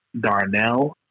Darnell